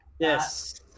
Yes